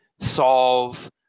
solve